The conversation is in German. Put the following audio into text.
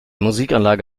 musikanlage